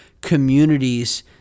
communities